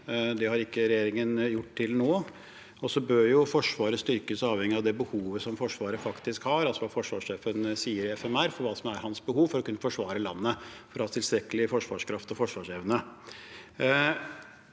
Det har ikke regjeringen gjort til nå. Forsvaret bør styrkes avhengig av det behovet Forsvaret faktisk har, altså hva forsvarssjefen sier i FMR, fagmilitært råd, om hva som er hans behov for å kunne forsvare landet, for å ha tilstrekkelig forsvarskraft og forsvarsevne.